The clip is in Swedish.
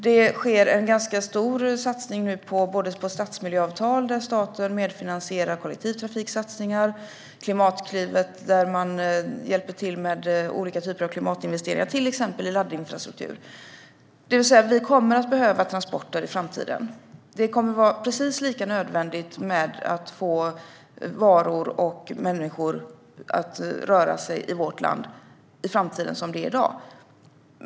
Det sker nu en ganska stor satsning på både stadsmiljöavtal, där staten medfinansierar kollektivtrafiksatsningar, och Klimatklivet, där man hjälper till med olika typer av klimatinvesteringar, till exempel i laddinfrastruktur. Vi kommer att behöva transporter i framtiden. Det kommer att vara precis lika nödvändigt att få varor och människor att röra sig i vårt land i framtiden som det är i dag.